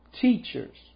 teachers